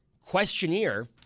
questionnaire